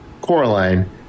Coraline